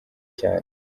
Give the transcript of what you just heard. cyane